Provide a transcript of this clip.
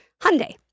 Hyundai